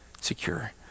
secure